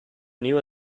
newer